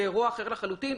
זה אירוע אחר לחלוטין.